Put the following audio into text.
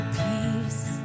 peace